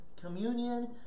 communion